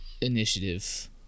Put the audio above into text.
initiative